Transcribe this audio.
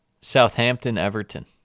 Southampton-Everton